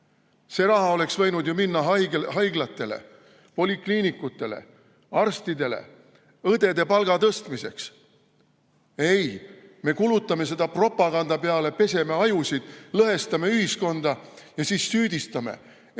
See raha oleks võinud ju minna haiglatele, polikliinikutele, arstide ja õdede palga tõstmiseks. Ei! Me kulutame seda propaganda peale, peseme ajusid, lõhestame ühiskonda ja siis süüdistame, et